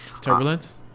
Turbulence